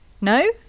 No